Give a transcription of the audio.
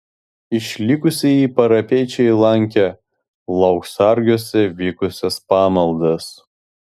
išlikusieji parapijiečiai lankė lauksargiuose vykusias pamaldas